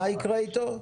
מה יקרה איתו?